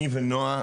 אני ונועה,